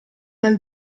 dal